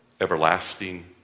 everlasting